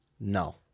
No